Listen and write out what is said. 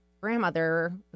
grandmother